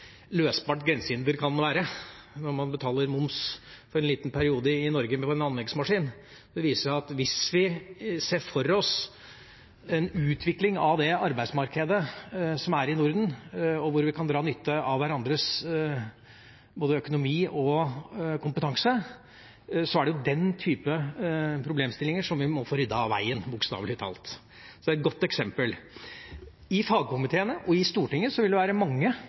løsbart grensehinder kan være, når man betaler moms for en anleggsmaskin en liten periode i Norge. Det viser at hvis vi ser for oss en utvikling av det arbeidsmarkedet som er i Norden, hvor vi kan dra nytte av hverandres både økonomi og kompetanse, er det den typen problemstillinger som vi må få ryddet av veien, bokstavelig talt. Så det er et godt eksempel. I fagkomiteene og i Stortinget vil det være mange